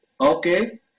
okay